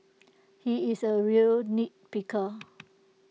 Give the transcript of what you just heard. he is A real nitpicker